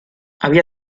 había